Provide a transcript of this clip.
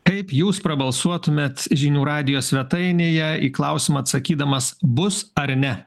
kaip jūs pabalsuotumėt žinių radijo svetainėje į klausimą atsakydamas bus ar ne